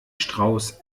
strauß